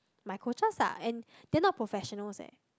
my coaches ah and they not professionals leh